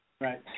right